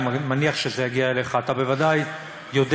אני מניח שזה יגיע אליך: אתה בוודאי יודע